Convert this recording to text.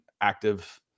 active